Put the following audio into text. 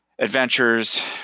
adventures